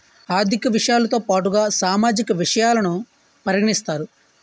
ఆర్థిక విషయాలతో పాటుగా సామాజిక విషయాలను పరిగణిస్తారు